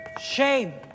Shame